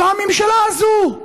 זה הממשלה הזאת,